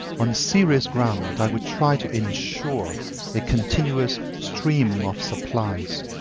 on serious ground, i would try to ensure a continuous stream of supplies.